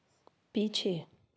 पीछे